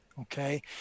okay